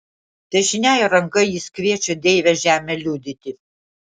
dešiniąja ranka jis kviečia deivę žemę liudyti